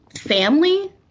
family